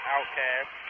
Outcast